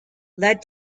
led